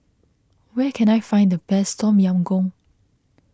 where can I find the best Tom Yam Goong